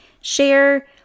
share